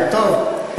כן, טוב.